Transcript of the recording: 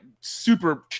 super